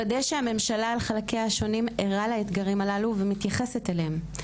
לוודא שהממשלה על חלקיה השונים ערה לאתגרים הללו ומתייחסת אליהם.